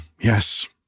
yes